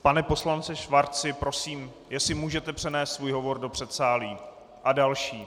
Pane poslanče Schwarzi, jestli můžete přenést svůj hovor do předsálí, a další.